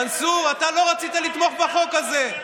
מנסור, אתה לא רצית לתמוך בחוק הזה.